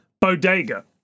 bodega